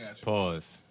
Pause